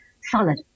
solid